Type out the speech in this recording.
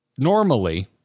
Normally